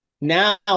Now